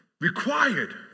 required